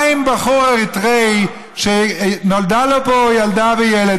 מה עם בחור אריתראי שנולדו לו פה ילדה וילד,